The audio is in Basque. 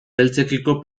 beltzekiko